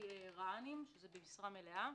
וחלקם רע"נים, במשרה מלאה.